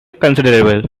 considerable